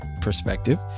perspective